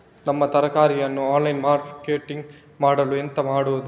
ನಮ್ಮ ತರಕಾರಿಯನ್ನು online marketing ಮಾಡಲು ಎಂತ ಮಾಡುದು?